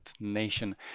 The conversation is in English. nation